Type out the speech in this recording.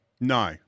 No